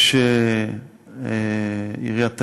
יש עיריית תל-אביב,